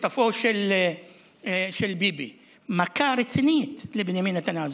שותפו של ביבי, מכה רצינית לבנימין נתניהו.